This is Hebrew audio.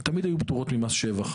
תמיד היו פטורות ממס שבח.